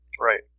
Right